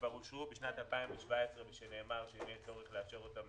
שכבר אושרו בשנת 2017 ושנאמר שאם יהיה צורך לאשר אותם